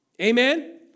Amen